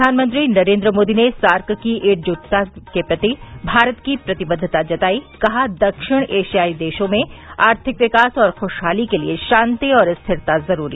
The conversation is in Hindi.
प्रधानमंत्री नरेन्द्र मोदी ने सार्क की एकजुटता के प्रति भारत की प्रतिबद्वता जतायी कहा दक्षिण एशियाई देशों में आर्थिक विकास और ख्शहाली के लिए शांति और स्थिरता ज़रूरी